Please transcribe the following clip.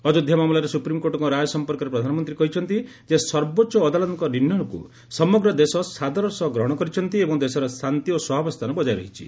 ଅଯୋଧ୍ୟା ମାମଲାରେ ସୁପ୍ରିମକୋର୍ଟଙ୍କ ରାୟ ସଂପର୍କରେ ପ୍ରଧାନମନ୍ତୀ କହିଛନ୍ତି ଯେ ସର୍ବୋଚ୍ଚ ଅଦାଲତଙ୍କ ନିର୍ଶ୍ୱୟକୁ ସମଗ୍ର ଦେଶ ସାଦରର ସହ ଗ୍ରହଣ କରିଛନ୍ତି ଏବଂ ଦେଶରେ ଶାନ୍ତି ଓ ସହାବସ୍ରାନ ବଜାୟ ରହିଛି